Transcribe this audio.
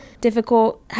difficult